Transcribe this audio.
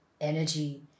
energy